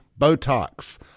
Botox